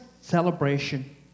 celebration